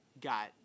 got